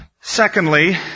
Secondly